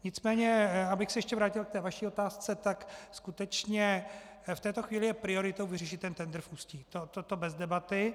Nicméně abych se ještě vrátil k vaší otázce, tak skutečně v této chvíli je prioritou vyřešit ten tendr v Ústí, to bez debaty.